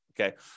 okay